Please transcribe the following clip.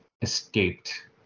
escaped